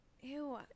ew